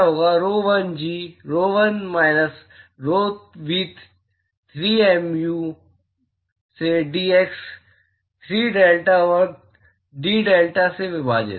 तो वह होगा rho l g rho l minus rho v 3mu l से dx ठीक से 3 डेल्टा वर्ग d डेल्टा में विभाजित